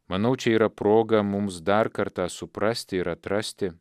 manau čia yra proga mums dar kartą suprasti ir atrasti